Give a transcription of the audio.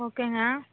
ஓகேங்க